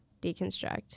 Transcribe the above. deconstruct